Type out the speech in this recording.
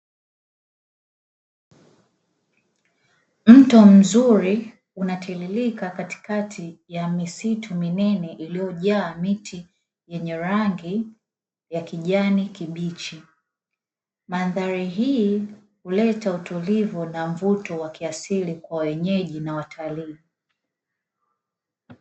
Mto mzuri unatiririka katikati ya misitu minene iliyojaa miti yenye rangi ya kijani kibichi, mandhari hii huleta utulivu na mvuto wa kiasili kwa wenyeji na watalii.